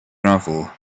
gravel